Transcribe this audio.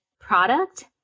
product